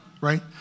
right